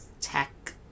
tech